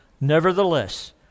Nevertheless